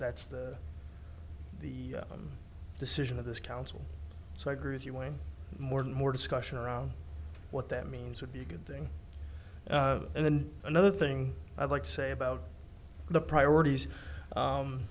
that's the decision of this council so i agree with you when more and more discussion around what that means would be a good thing and then another thing i'd like to say about the priorities